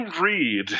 read